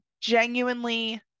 genuinely